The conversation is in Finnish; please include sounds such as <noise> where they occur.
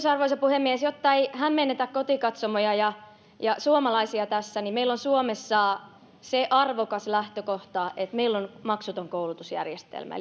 <unintelligible> arvoisa puhemies jotta ei hämmennetä kotikatsomoja ja ja suomalaisia tässä meillä on suomessa se arvokas lähtökohta että meillä on maksuton koulutusjärjestelmä <unintelligible>